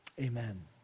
Amen